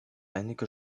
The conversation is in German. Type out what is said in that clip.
einige